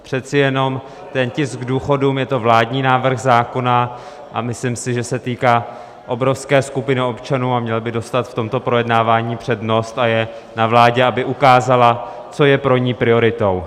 Přece jenom ten tisk k důchodům, je to vládní návrh zákona a myslím si, že se týká obrovské skupiny občanů, měl by dostat v tomto projednávání přednost a je na vládě, aby ukázala, co je pro ni prioritou.